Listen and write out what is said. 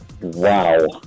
Wow